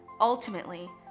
Ultimately